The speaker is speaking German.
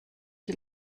die